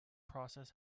process